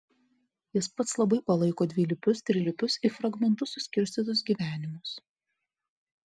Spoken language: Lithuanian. jis pats labai palaiko dvilypius trilypius į fragmentus suskirstytus gyvenimus